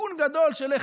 בתיקון גדול של "לך